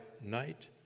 night